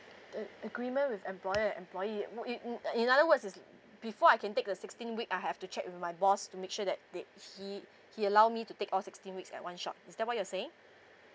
uh agreement with employer employee um uh um another words is b~ before I can take the sixteen week I have to check with my boss to make sure that that he he allow me to take all sixteen weeks at one shot is that what you are saying